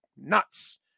nuts